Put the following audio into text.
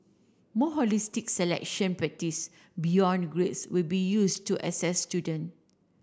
more holistic selection practice beyond grades will be used to assess student